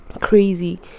crazy